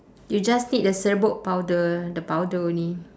you just need the serbuk powder the powder only